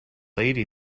lady